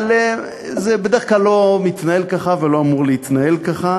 אבל זה בדרך כלל לא מתנהל ככה ולא אמור להתנהל ככה,